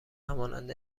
همانند